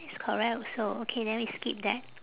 it's correct also okay then we skip that